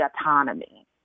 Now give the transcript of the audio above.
autonomy